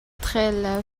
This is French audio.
trélat